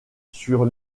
sur